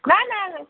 କ'ଣ